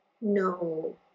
no